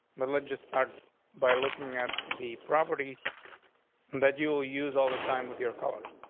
but let's just start by looking at the properties that you will use all the time with your colors.